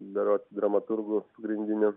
berods dramaturgu pagrindiniu